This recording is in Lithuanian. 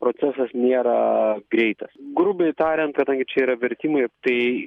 procesas nėra greitas grubiai tariant kadangi čia yra vertimai tai